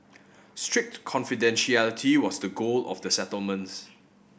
strict confidentiality was the goal of the settlements